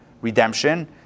Redemption